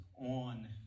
on